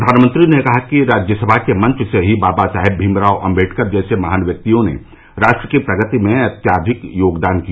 प्रधानमंत्री ने कहा कि राज्यसभा के मंच से ही बाबा साहेब भीमराव अम्बेडकर जैसे महान व्यक्तियों ने राष्ट्र की प्रगति में अत्याधिक योगदान किया